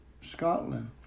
Scotland